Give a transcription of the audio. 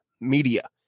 media